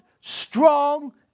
strong